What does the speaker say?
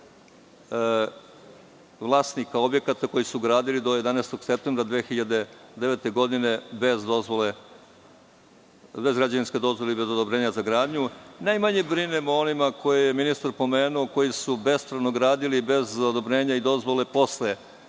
vlasnika objekata koji su gradili do 11. septembra 2009. godine bez građevinske dozvole i bez odobrenja za gradnju. Najmanje brinem o onima koje je ministar pomenuo, koji su bespravno gradili, bez odobrenja i dozvole, a posle